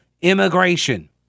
immigration